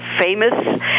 famous